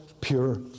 pure